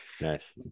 Nice